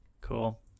Cool